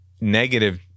negative